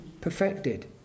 perfected